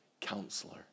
counselor